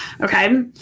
okay